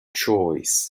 choice